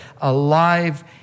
alive